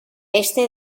este